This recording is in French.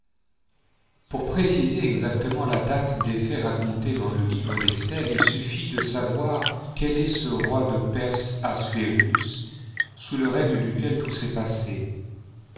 pour préciser exactement la date des faits racontés dans le livre d'esther il suffit de savoir quel est ce roi de perse assuérus sous le règne duquel tout s'est passé